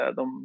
de